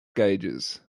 gauges